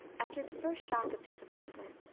after the first shock of disappointment,